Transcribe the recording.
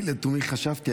אני לתומי חשבתי,